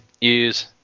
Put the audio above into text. use